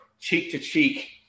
cheek-to-cheek